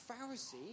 Pharisee